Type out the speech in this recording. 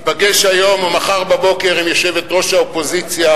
תיפגש היום או מחר בבוקר עם יושבת-ראש האופוזיציה,